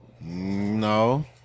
No